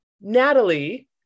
Natalie